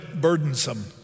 burdensome